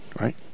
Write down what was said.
right